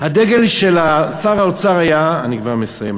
הדגל של שר האוצר היה, אני כבר מסיים.